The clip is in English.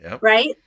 Right